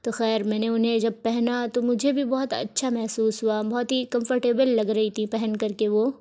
تو خیر میں نے انہیں جب پہنا تو مجھے بھی بہت اچھا محسوس ہوا بہت ہی کمفرٹیبل لگ رہی تھی پہن کر کے وہ